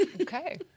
Okay